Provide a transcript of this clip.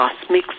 cosmic